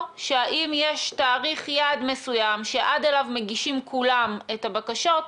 או אם יש תאריך יעד מסוים שעד אליו מגישים כולם את הבקשות,